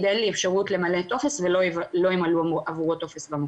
'אין לי אפשרות למלא טופס' ולא ימלאו עבורו טופס במוקד.